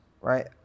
right